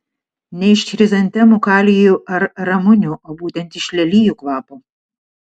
ne iš chrizantemų kalijų ar ramunių o būtent iš lelijų kvapo